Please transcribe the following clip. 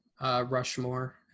Rushmore